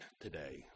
today